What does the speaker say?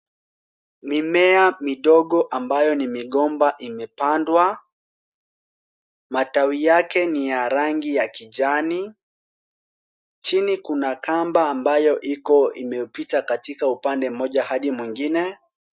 Mimea midogo ambayo ni migomba imepandwa. Matawi yake ni ya rangi ya kijani. Chini kuna kamba ambayo iko imepita katika upande mmoja hadi mwingine.